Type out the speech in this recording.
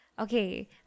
Okay